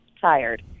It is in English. tired